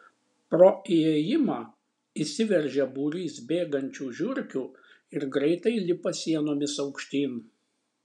pro įėjimą įsiveržia būrys bėgančių žiurkių ir greitai lipa sienomis aukštyn